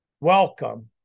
welcome